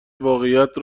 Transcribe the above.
واقعیت